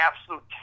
absolute